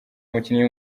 umukinnyi